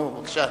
בבקשה.